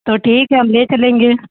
तो ठीक है हम ले चलेंगे